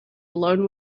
alone